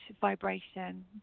vibration